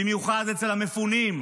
במיוחד אצל המפונים.